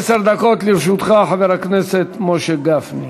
עשר דקות לרשותך, חבר הכנסת משה גפני.